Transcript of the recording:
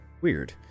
Weird